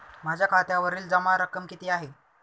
माझ्या खात्यावरील जमा रक्कम किती आहे?